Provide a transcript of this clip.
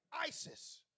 ISIS